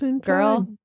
girl